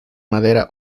madera